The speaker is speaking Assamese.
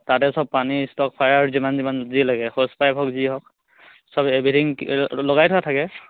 তাতে চব পানী ষ্টক ফায়াৰ যিমান যিমান যি লাগে হোচ পাইপ হওক যি হওক চব এভ্ৰিথিং লগাই থোৱা থাকে